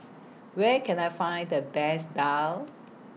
Where Can I Find The Best Daal